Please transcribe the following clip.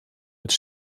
als